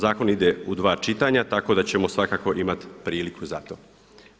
Zakon ide u dva čitanja tako da ćemo svakako imati priliku za to.